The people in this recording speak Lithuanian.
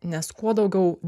nes kuo daugiau